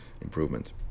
Improvement